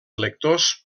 electors